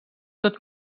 tot